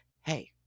hey